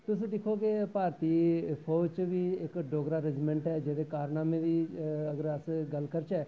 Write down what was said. तुस दिक्खो कि भारती फौज च बी इक डोगरा रैजिमेंट ऐ जेह्दे कारनामें दी अगर अस गल्ल करचै